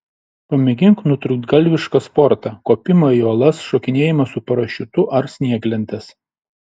pamėgink nutrūktgalvišką sportą kopimą į uolas šokinėjimą su parašiutu ar snieglentes